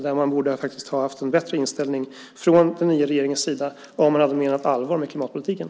Där borde man ha haft en bättre inställning från den nya regeringens sida om man hade menat allvar med klimatpolitiken.